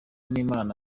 n’imana